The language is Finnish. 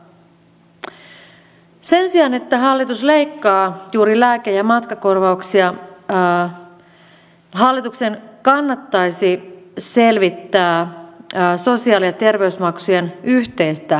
sen sijaan että hallitus leikkaa juuri lääke ja matkakorvauksia hallituksen kannattaisi selvittää sosiaali ja terveysmaksujen yhteistä kulukattoa